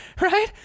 Right